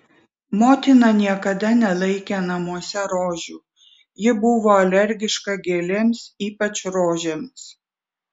motina niekada nelaikė namuose rožių ji buvo alergiška gėlėms ypač rožėms